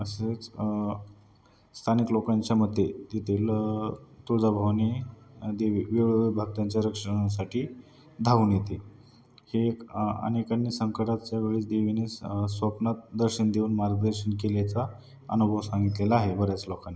तसेच स्थानिक लोकांच्या मते तेथील तुळजाभवानी देवी वेळोवेळी भक्तांच्या रक्षणासाठी धावून येते हे एक अनेकांनी संकटाच्या वेळेस देवीने स्वप्नात दर्शन देऊन मार्गदर्शन केल्याचा अनुभव सांगितलेला आहे बऱ्याच लोकांनी